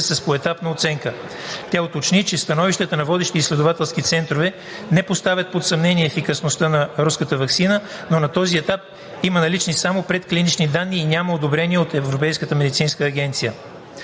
с поетапна оценка. Тя уточни, че становищата на водещи изследователски центрове не поставят под съмнение ефективността на руската ваксина, но на този етап има налични само предклинични данни и няма одобрение от Европейската медицинска агенция.